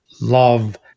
love